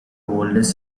oldest